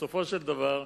בסופו של דבר,